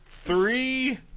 Three